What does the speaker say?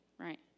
Right